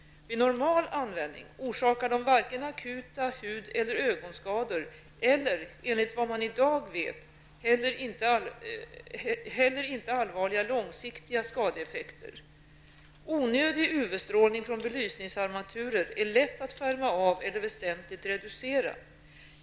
Vid normal användning orsakar de varken akuta hud eller ögonskador, och enligt vad man i dag vet, heller inte allvarliga långsiktiga skadeeffekter. Onödig UV-strålning från belysningsarmaturer är lätt att skärma av eller väsentligt reducera.